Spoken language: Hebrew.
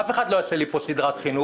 אף אחד לא יעשה לי פה סדרת חינוך,